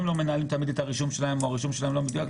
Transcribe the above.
הם לא מנהלים תמיד את הרישום שלהם או שהרישום שלהם לא מדויק,